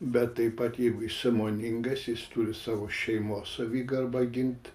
bet taip pat jeigu jis sąmoningas jis turi savo šeimos savigarbą gint